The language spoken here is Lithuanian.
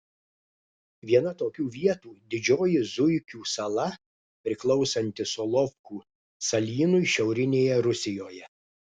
viena tokių vietų didžioji zuikių sala priklausanti solovkų salynui šiaurinėje rusijoje